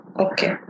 okay